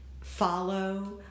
follow